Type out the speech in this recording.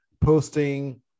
posting